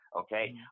Okay